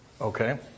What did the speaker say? okay